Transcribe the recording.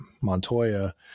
Montoya